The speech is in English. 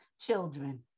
children